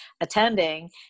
attending